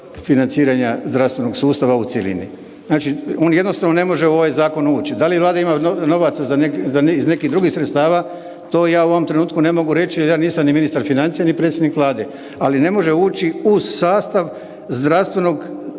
zdravstvenog sustava u cjelini. Znači, on jednostavno ne može u ovaj zakon ući. Da li Vlada ima novaca iz nekih drugih sredstava to ja u ovom trenutku ne mogu reći jer ja nisam ni ministar financija ni predsjednik Vlade, ali ne može ući u sastav zdravstvenog osiguranja